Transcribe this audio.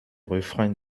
refrains